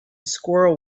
squirrel